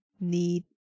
need